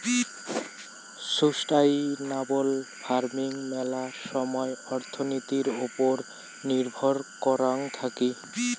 sustainable farming মেলা সময় অর্থনীতির ওপর নির্ভর করাং থাকি